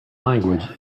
language